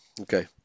Okay